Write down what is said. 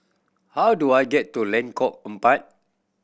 how do I get to Lengkok Empat